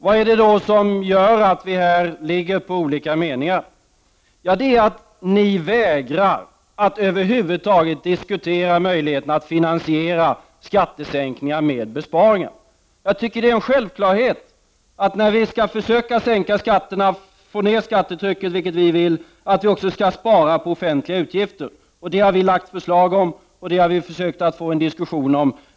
Vad är det då som gör att vi har olika uppfattningar? Det är att ni vägrar att över huvud taget diskutera möjligheterna att finansiera skattesänkningar med besparingar. När man skall försöka få ned skattetrycket, vilket vi vill, tycker jag att det är en självklarhet att vi också skall spara på offentliga utgifter. Det har vi väckt förslag om, och det har vi försökt få en diskussion om.